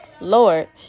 Lord